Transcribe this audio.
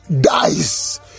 dies